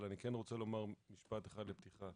אני רוצה לומר משפט אחד לפתיחה: